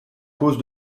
cause